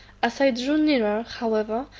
as i drew nearer, however,